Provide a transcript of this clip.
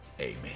amen